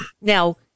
now